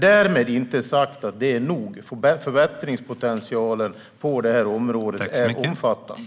Därmed inte sagt att det är nog, utan förbättringspotentialen på området är omfattande.